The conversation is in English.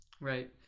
Right